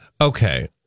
okay